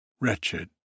wretched